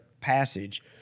Passage